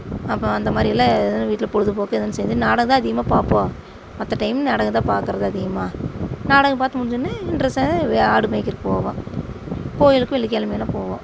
அப்புறம் அந்த மாதிரி எல்லாம் வீட்டில் பொழுதுப்போக்கு எல்லோரும் சேர்ந்து நாடகம் தான் அதிகமாக பார்ப்போம் மற்ற டைம் நாடகம் தான் பார்க்கறது அதிகமாக நாடகம் பார்த்து முடிஞ்சோடனே இன்ட்ரஸ்ட்டாக ஆடு மேய்க்கிறதுக்கு போவோம் கோவிலுக்கு வெள்ளிக்கெழமையானா போவோம்